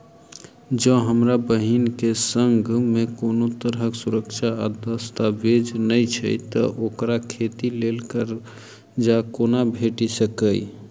जँ हमरा बहीन केँ सङ्ग मेँ कोनो तरहक सुरक्षा आ दस्तावेज नै छै तऽ ओकरा खेती लेल करजा कोना भेटि सकैये?